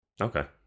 Okay